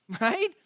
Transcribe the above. right